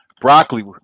Broccoli